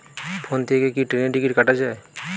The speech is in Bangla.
ফোন থেকে কি ট্রেনের টিকিট কাটা য়ায়?